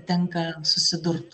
tenka susidurt